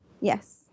Yes